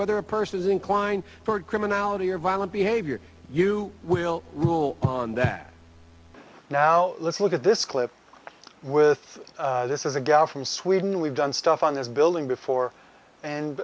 whether a person is inclined for criminality or violent behavior you will rule on that now let's look at this clip with this is a gal from sweden we've done stuff on this building before and